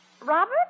Robert